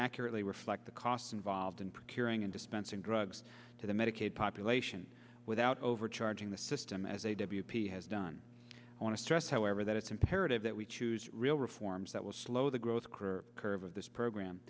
accurately reflect the costs involved in preparing and dispensing drugs to the medicaid population without overcharging the system as a w p has done i want to stress however that it's imperative that we choose real reforms that will slow the growth curve of this program